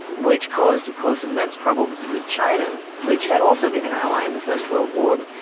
which caused of course, immense problems with china, which had also been an ally in the first world war.